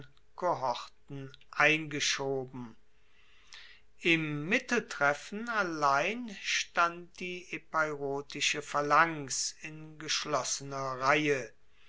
kohorten eingeschoben im mitteltreffen allein stand die epeirotische phalanx in geschlossener reihe